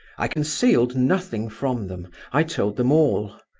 i concealed nothing from them, i told them all.